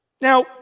Now